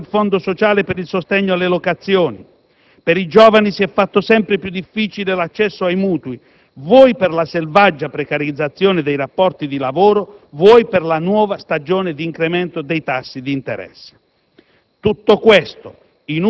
si è nettamente ridotto il fondo sociale per il sostegno alle locazioni; per i giovani si è fatto sempre più difficile l'accesso ai mutui, sia per la selvaggia precarizzazione dei rapporti di lavoro, sia per la nuova stagione di incremento dei tassi di interesse.